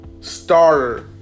starter